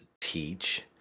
teach